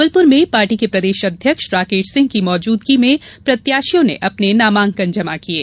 जबलपुर में पार्टी के प्रदेश अध्यक्ष राकेश सिंह की मौजूदगी में प्रत्याशियों ने अपने नामांकन जमा किये